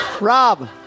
Rob